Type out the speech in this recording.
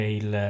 il